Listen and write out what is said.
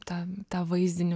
tą tą vaizdinį